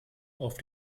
auf